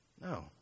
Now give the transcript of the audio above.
No